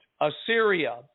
assyria